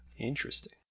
Interesting